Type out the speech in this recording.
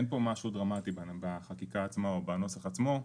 אין פה משהו דרמטי בחקיקה עצמה או בנוסח עצמו,